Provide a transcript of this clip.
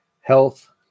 health